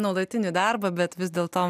nuolatinį darbą bet vis dėl to